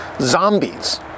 zombies